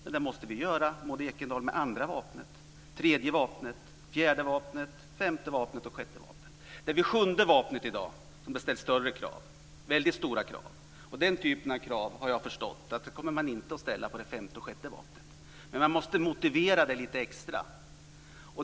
Men det måste man även göra, Maud Ekendahl, med det andra, tredje, fjärde, femte och sjätte vapnet. I dag ställs det större krav vid det sjunde vapnet, väldigt stora krav. Jag har förstått att man inte kommer att ställa den typen av krav när det gäller det femte och sjätte vapnet. Men man måste motivera dem lite extra.